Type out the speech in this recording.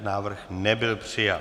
Návrh nebyl přijat.